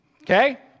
Okay